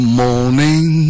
morning